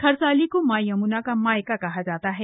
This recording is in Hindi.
खरसाली को मां यमुना का मायका कहा जाता है